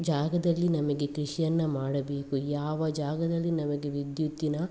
ಜಾಗದಲ್ಲಿ ನಮಗೆ ಕೃಷಿಯನ್ನು ಮಾಡಬೇಕು ಯಾವ ಜಾಗದಲ್ಲಿ ನಮಗೆ ವಿದ್ಯುತ್ತಿನ